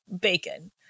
Bacon